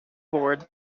board